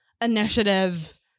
initiative